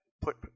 put